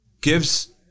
gives